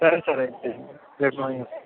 సరే సార్ అయితే రేపు మార్నింగ్ వస్తాను